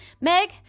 meg